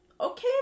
Okay